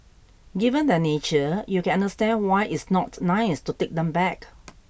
given their nature you can understand why it's not nice to take them back